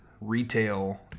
retail